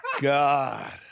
God